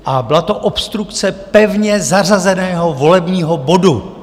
A byla to obstrukce pevně zařazeného volebního bodu.